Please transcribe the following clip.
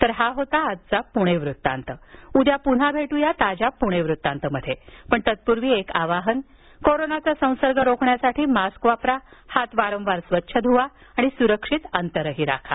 तर हा होता आजचा पुणे वृत्तांत उद्या पुन्हा भेटू ताज्या पुणे वृत्तांत मध्ये पण तत्पूर्वी एक आवाहन कोरोनाचा संसर्ग रोखण्यासाठी मास्क वापरा हात वारंवार स्वच्छ ध्वा आणि सुरक्षित अंतर राखा